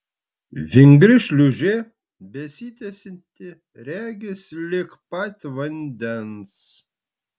vingri šliūžė besitęsianti regis lig pat vandens